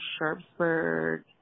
Sharpsburg